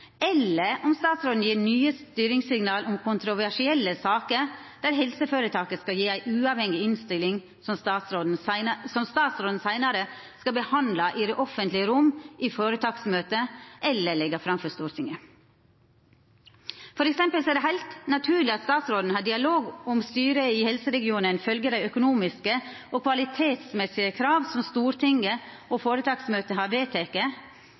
eller om statsråden gjev nye styringssignal om kontroversielle saker der helseføretaket skal gje ei uavhengig innstilling som statsråden seinare skal behandla i det offentlege rom, anten i føretaksmøtet eller lagd fram for Stortinget. For eksempel er det heilt naturleg at statsråden har dialog om i kva grad styret i helseregionen følgjer dei økonomiske og kvalitetsmessige krava som Stortinget og føretaksmøtet har vedteke,